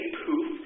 poof